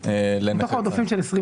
מתוך העודפים של 2020?